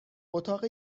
اتاق